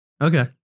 Okay